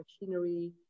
machinery